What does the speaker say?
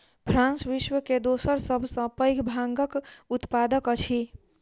France विश्व के दोसर सभ सॅ पैघ भांगक उत्पादक अछि